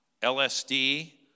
LSD